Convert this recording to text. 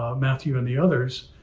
matthew and the others,